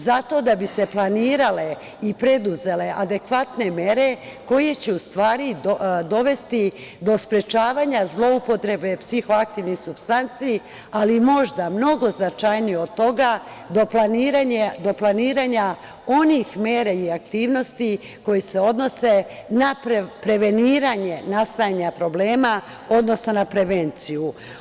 Zato da bi se planirale i preduzele adekvatne mere koje će u stvari dovesti do sprečavanja zloupotrebe psihoaktivnih supstanci, ali možda mnogo značajnije od toga do planiranja onih mera i aktivnosti koje se odnose na preveniranje nastajanja problema, odnosno na prevenciju.